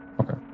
Okay